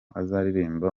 azaririmba